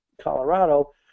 Colorado